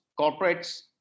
corporates